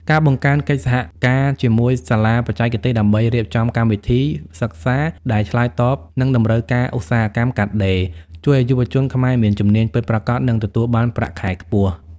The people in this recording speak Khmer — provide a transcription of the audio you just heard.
ការបង្កើនកិច្ចសហការជាមួយសាលាបច្ចេកទេសដើម្បីរៀបចំកម្មវិធីសិក្សាដែលឆ្លើយតបនឹងតម្រូវការឧស្សាហកម្មកាត់ដេរ ជួយឱ្យយុវជនខ្មែរមានជំនាញពិតប្រាកដ និងទទួលបានប្រាក់ខែខ្ពស់។